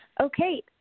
Okay